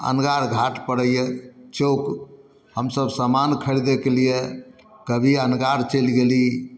अनगार घाट पड़ैए चौक हमसभ समान खरीदैके लिए कभी अनगार चलि गेली